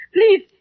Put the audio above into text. Please